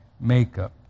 makeup